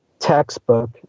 textbook